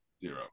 Zero